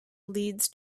leads